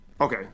Okay